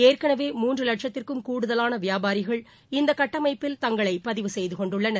ஏற்கனவே மூன்று வட்சத்திற்கும் கூடுதலான வியாபாரிகள் இந்த கட்டமைப்பில் தங்களை பதிவு செய்து கொண்டுள்ளனர்